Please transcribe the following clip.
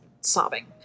sobbing